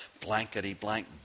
blankety-blank